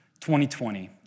2020